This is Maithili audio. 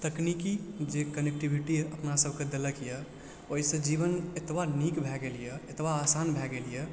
तकनीकी जे कनेक्टिविटी अपना सबके देलक यऽ ओइसँ जीवन एतबा नीक भए गेल यऽ एतबा आसान भए गेल यऽ